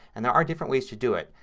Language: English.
and there are different ways to do it.